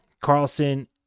Carlson